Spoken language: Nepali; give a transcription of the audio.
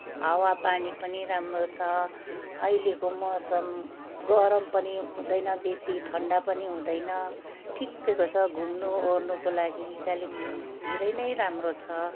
हावा पानी पनि राम्रो छ अहिलेको मौसम गरम पनि हुँदैन बेसी ठन्डा पनि हुँदैन ठिक्कैको छ घुम्नु ओर्नुको लागि कालेबुङ धेरै नै राम्रो छ